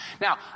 Now